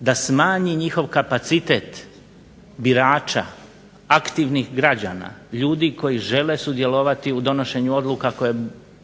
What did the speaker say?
da smanji njihov kapacitet birača aktivnih građana, ljudi koji žele sudjelovati u donošenju odluka koje